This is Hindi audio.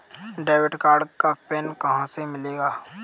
डेबिट कार्ड का पिन कहां से मिलेगा?